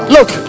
Look